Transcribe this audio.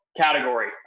category